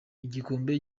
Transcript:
igikombe